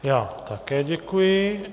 Já také děkuji.